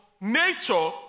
nature